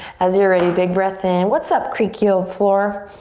as you're ready, big breath in. what's up creaky, old floor?